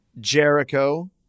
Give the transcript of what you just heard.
Jericho